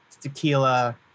tequila